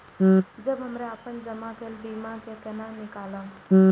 जब हमरा अपन जमा केल बीमा के केना निकालब?